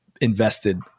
invested